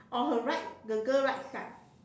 on her right the girl right side